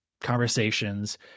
conversations